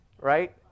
right